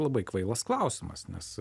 labai kvailas klausimas nes